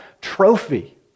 trophy